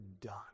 done